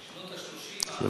בשנות ה-30, ה-40.